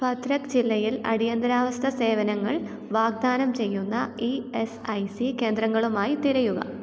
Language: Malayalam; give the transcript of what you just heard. ഭദ്രക് ജില്ലയിൽ അടിയന്തരാവസ്ഥ സേവനങ്ങൾ വാഗ്ദാനം ചെയ്യുന്ന ഈ എസ് ഐ സി കേന്ദ്രങ്ങളുമായി തിരയുക